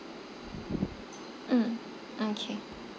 mm okay